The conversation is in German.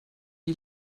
die